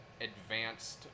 advanced